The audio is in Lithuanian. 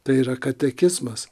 tai yra katekizmas